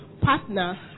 partner